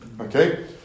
Okay